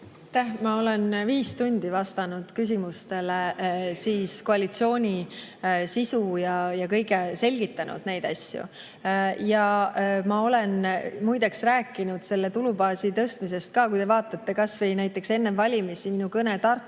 Ma olen viis tundi vastanud küsimustele koalitsiooni[lepingu] sisu kohta ja selgitanud neid asju. Ja ma olen muide rääkinud tulubaasi tõstmisest ka. Kui te vaatate kas või näiteks enne valimisi minu kõnet Tartus.